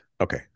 Okay